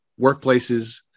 workplaces